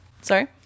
Sorry